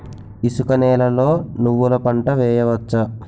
ఇసుక నేలలో నువ్వుల పంట వేయవచ్చా?